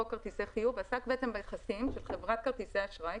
חוק כרטיסי חיוב עסק ביחסים של חברת כרטיסי אשראי,